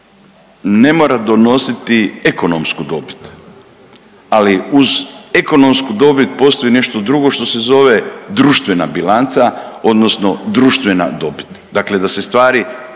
ne mora donositi ekonomsku dobit, ali uz ekonomsku dobit postoji nešto drugo što se zove društvena bilanca, odnosno društvena dobit. Dakle, da se stvari